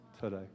today